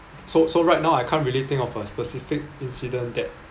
so so right now I can't really think of a specific incident that